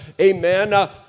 amen